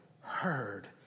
heard